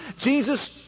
Jesus